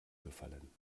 gefallen